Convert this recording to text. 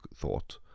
thought